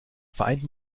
vereinten